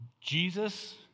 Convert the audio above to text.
Jesus